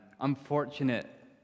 unfortunate